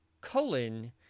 Colon